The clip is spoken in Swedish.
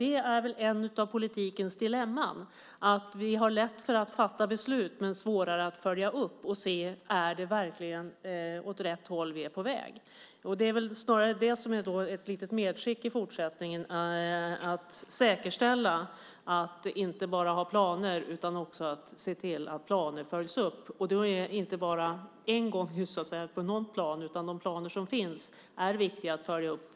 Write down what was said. Ett av politikens dilemman är väl att vi har lätt för att fatta beslut men svårare att följa upp dem och se om vi verkligen är på väg åt rätt håll. Jag vill skicka med att det är viktigt att säkerställa att vi inte bara har planer utan att vi också ser till att planer följs upp. Det gäller inte bara en gång, utan det är viktigt att följa upp de planer som finns.